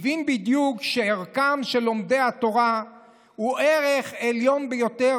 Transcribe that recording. הוא הבין בדיוק שערכם של לומדי התורה הוא ערך עליון ביותר,